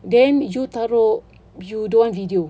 then you taruk you don't want video